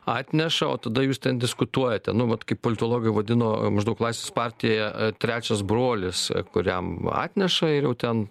atneša o tada jūs diskutuojate nu vat kaip politologai vadino maždaug laisvės partija trečias brolis kuriam atneša ir jau ten